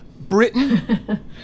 Britain